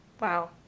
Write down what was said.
wow